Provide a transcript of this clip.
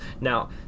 Now